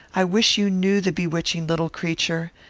i wish you knew the bewitching little creature.